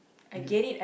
you